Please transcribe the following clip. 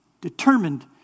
Determined